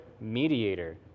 mediator